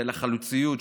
של החלוציות,